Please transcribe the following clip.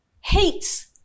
hates